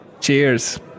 Cheers